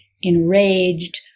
enraged